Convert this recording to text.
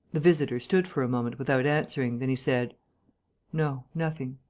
the visitor stood for a moment without answering. then he said no, nothing.